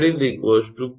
02 22 0